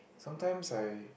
sometimes I